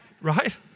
Right